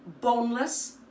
boneless